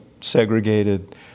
segregated